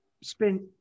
spent